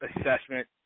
assessment